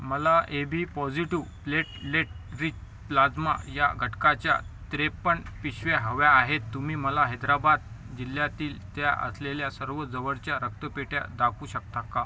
मला AB positive प्लेटलेटरी plasma या घटकाच्या त्रेपन्न पिशव्या हव्या आहेत तुम्ही मला हैदराबाद जिल्ह्यातील त्या असलेल्या सर्व जवळच्या रक्तपेढ्या दाखवू शकता का